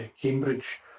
Cambridge